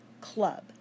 Club